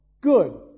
good